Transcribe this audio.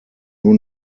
nur